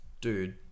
Dude